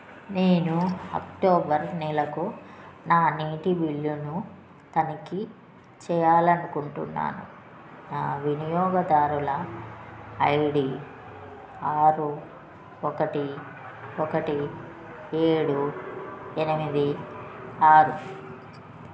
నేను అక్టోబర్ నెలకు నా నీటి బిల్లును తనిఖీ చేయాలనుకుంటున్నాను నా వినియోగదారుల ఐ డీ ఆరు ఒకటి ఒకటి ఏడు ఎనిమిది ఆరు